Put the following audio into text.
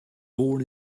born